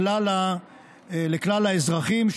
לכלל האזרחים,